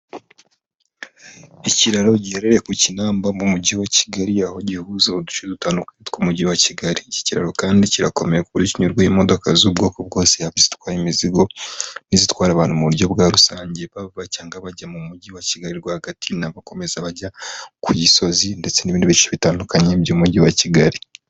Ikiraro giherereye ku Kinamba mu mujyi wa Kigali, aho gihuza uduce dutandukanye tw'umujyi wa Kigali, iki kiraro kandi kirakomeye ku buryo kinyurwaho imodoka z'ubwoko bwose, yaba izitwaye imizigo, n'izitwara abantu mu buryo bwa rusange, bava cyangwa bajya mu mujyi wa Kigali rwagati, n'abakomeza bajya ku Gisozi, ndetse n'ibindi bice bitandukanye by'umujyi wa Kigali.